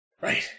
Right